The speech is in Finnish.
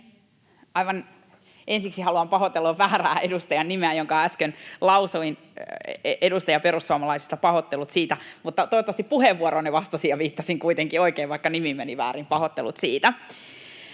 ensiksi haluan pahoitella väärää edustajan nimeä, jonka äsken lausuin: Edustaja perussuomalaisista, pahoittelut siitä, mutta toivottavasti puheenvuoroonne vastasin ja viittasin kuitenkin oikein, vaikka nimi meni väärin. Pahoittelut siitä.